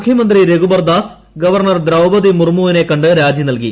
മുഖ്യമന്ത്രി രഘുബർദാസ് ഗവർണർ ദ്രൌപതി മുർമുവിനെ കണ്ട് രാജി നൽകി